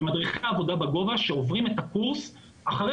זה מדריכי עבודה בגובה שעוברים את הקורס אחרי